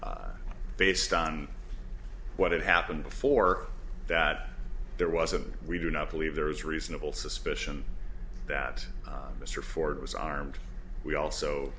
based on what had happened before that there was a we do not believe there is reasonable suspicion that mr ford was armed we also